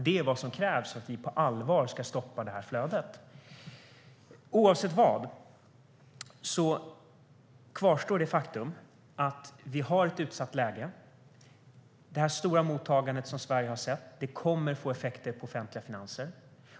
Det är vad som krävs för att vi på allvar ska stoppa det här flödet. Oavsett vad kvarstår det faktum att vi har ett utsatt läge. Det stora mottagande som Sverige har sett kommer att få effekter på de offentliga finanserna.